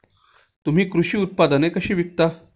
तुम्ही कृषी उत्पादने कशी विकता?